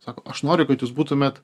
sako aš noriu kad jūs būtumėt